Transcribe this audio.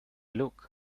look